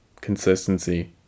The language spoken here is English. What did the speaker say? Consistency